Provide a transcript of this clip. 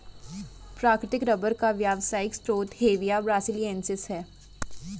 प्राकृतिक रबर का व्यावसायिक स्रोत हेविया ब्रासिलिएन्सिस है